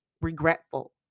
regretful